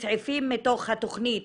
מסעיפים מתוך התכנית,